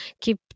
keep